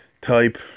type